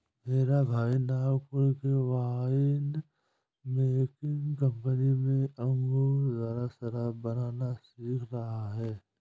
मेरा भाई नागपुर के वाइन मेकिंग कंपनी में अंगूर द्वारा शराब बनाना सीख रहा है